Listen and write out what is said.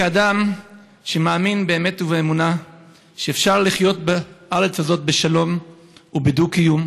כאדם שמאמין באמת ובאמונה שאפשר לחיות בארץ הזאת בשלום ובדו-קיום,